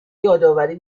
یادآوری